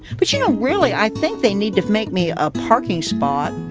but you know, really, i think they need to make me a parking spot,